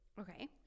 okay